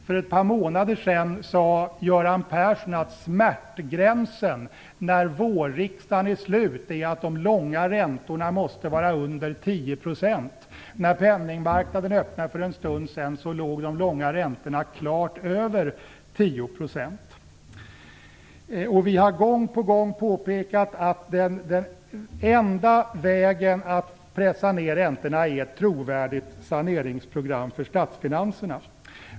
För ett par månader sedan sade Göran Persson beträffande smärtgränsen att när vårriksdagen är slut måste de långa räntorna ligga under 10 %. När penningmarknaden öppnade för en stund sedan låg de långa räntorna klart över 10 %. Vi har gång på gång påpekat att den enda vägen att pressa ner räntorna är ett trovärdigt saneringsprogram för statsfinanserna.